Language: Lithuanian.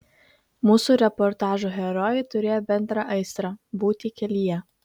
mūsų reportažų herojai turėjo bendrą aistrą būti kelyje